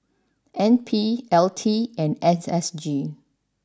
N P L T and S S G